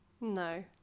No